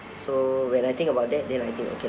so when I think about that then I think okay